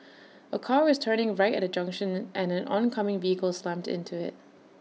A car was turning right at A junction and an oncoming vehicle slammed into IT